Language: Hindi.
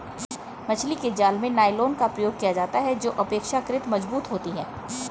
मछली के जाल में नायलॉन का प्रयोग किया जाता है जो अपेक्षाकृत मजबूत होती है